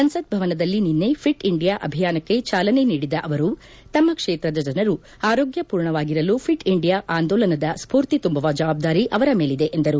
ಸಂಸತ್ ಭವನದಲ್ಲಿ ನಿನ್ನೆ ಫಿಟ್ ಇಂಡಿಯಾ ಅಭಿಯಾನಕ್ಕೆ ಜಾಲನೆ ನೀಡಿದ ಅವರು ತಮ್ಮ ಕ್ಷೇತ್ರದ ಜನರು ಆರೋಗ್ಯಪೂರ್ಣವಾಗಿರಲು ಫಿಟ್ ಇಂಡಿಯಾ ಆಂದೋಲನದ ಸ್ಪೂರ್ತಿ ತುಂಬುವ ಜವಾಬ್ಲಾರಿ ಅವರ ಮೇಲಿದೆ ಎಂದರು